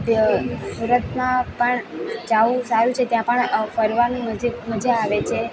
તે સુરતમાં પણ જવું સારું છે ત્યાં પણ ફરવાની મજા આવે છે